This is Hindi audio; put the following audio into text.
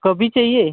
कभी चाहिए